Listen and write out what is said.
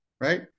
right